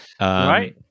Right